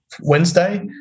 Wednesday